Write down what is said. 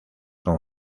con